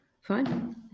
Fine